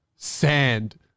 Sand